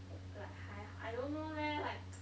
o~ like 还好 I don't know leh like